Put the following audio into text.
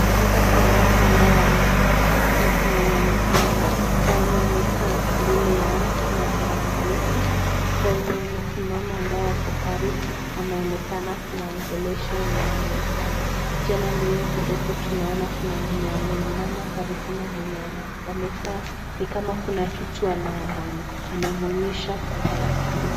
Hapa Kuna watu ambao wamekaa Na Kuna wenye wamesimama, Kwa wenye wamekaa mbele Yao Kuna tarakilishi, Kwa wenye wamesimama ambao wako karibu wanaonekana kuwaongelesha wenye wamekaa, tena mbele kidogo tunaona Kuna mwenye ameinama Karibu na mwenye amekaa, ni kama kuna kitu anamuonyesha kwenye tarakilishi.